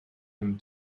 him